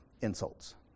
Insults